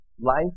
life